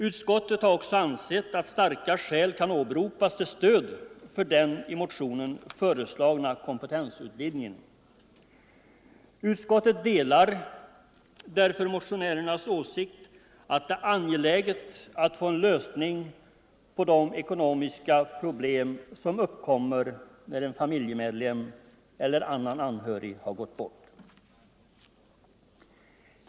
Utskottet har också ansett att starka skäl kan åberopas till stöd för den i motionen föreslagna kompetensutvidgningen. Mot den bakgrunden delar utskottet motionärernas åsikt att det är angeläget att få en lösning på de ekonomiska problem som uppkommer när en familjemedlem eller annan anhörig har gått bort.